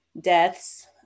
deaths